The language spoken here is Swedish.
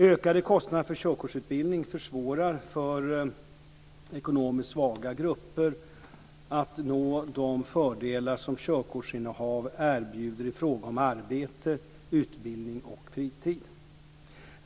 Ökade kostnader för körkortsutbildning försvårar för ekonomiskt svaga grupper att nå de fördelar som körkortsinnehav erbjuder i fråga om arbete, utbildning och fritid.